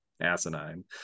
asinine